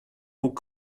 aux